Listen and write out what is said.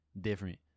different